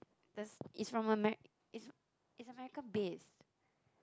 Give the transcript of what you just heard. the it's from Ame~ it's it's American based